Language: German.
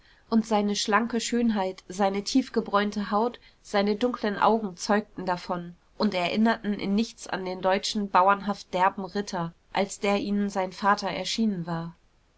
und seine schlanke schönheit seine tief gebräunte haut seine dunklen augen zeugten davon und erinnerten in nichts an den deutschen bauernhaft derben ritter als der ihnen sein vater erschienen war